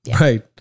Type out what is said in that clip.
Right